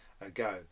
ago